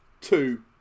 two